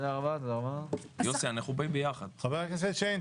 תודה רבה על הדברים, חבר הכנסת שיין.